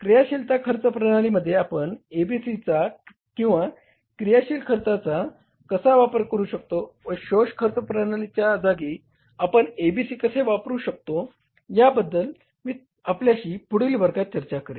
क्रियाशीलता खर्च प्रणालीमध्ये आपण ABC चा किंवा क्रियाशील खर्चाचा कसा वापर करू शकतो व शोष खर्च प्रणालीच्या जागी आपण ABC कसे वापरू शकतो याबद्दल मी आपल्याशी पुढील वर्गात चर्चा करेन